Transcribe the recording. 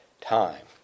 time